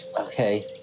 Okay